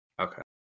Okay